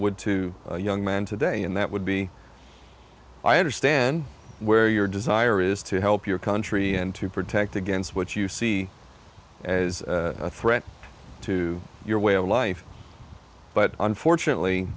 d to a young man today and that would be i understand where your desire is to help your country and to protect against what you see as a threat to your way of life but unfortunately